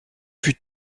fut